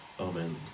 Amen